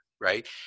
right